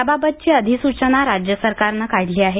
यावाबतची अधिसूचना राज्य सरकारनं काढली आहे